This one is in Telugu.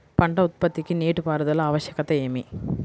పంట ఉత్పత్తికి నీటిపారుదల ఆవశ్యకత ఏమి?